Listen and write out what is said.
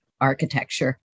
architecture